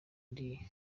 ndi